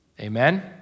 Amen